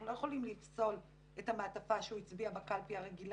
אנחנו לא יכולים לפסול את המעטפה שהוא הצביע בקלפי הרגילה,